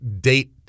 date